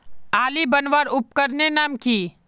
आली बनवार उपकरनेर नाम की?